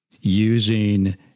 using